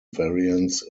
variants